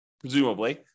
presumably